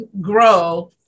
grow